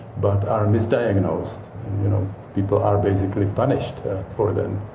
but are misdiagnosed people are basically punished for them.